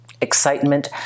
excitement